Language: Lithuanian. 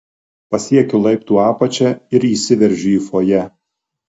pasiekiu laiptų apačią ir įsiveržiu į fojė